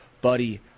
Buddy